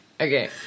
Okay